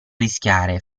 rischiare